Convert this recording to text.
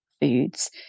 foods